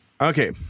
Okay